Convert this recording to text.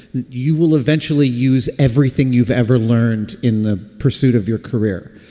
you will eventually use everything you've ever learned in the pursuit of your career.